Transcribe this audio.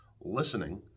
listening